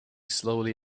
slowly